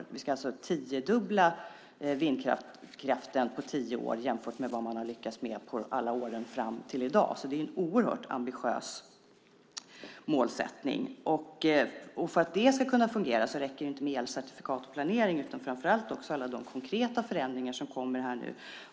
Vi ska alltså tiodubbla vindkraften på tio år jämfört med vad man har lyckats med under alla åren fram till i dag. Det är ett oerhört ambitiöst mål. För att det ska fungera räcker det inte med elcertifikatsplanering, utan det handlar framför allt om alla konkreta förändringar som kommer nu.